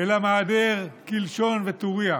אלא מעדר, קלשון וטורייה.